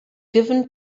given